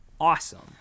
awesome